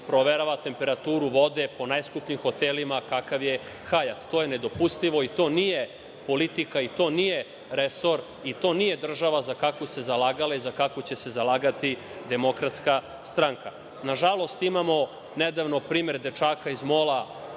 proverava temperaturu vode u najskupljim hotelima kakav „Hajat“. To je nedopustivo i to nije politika i to nije resor i to nije država za kakvu se zalagala i za kakvu će se zalagati DS.Nažalost, imamo nedavno primer dečaka iz Mola